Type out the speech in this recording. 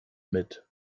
mit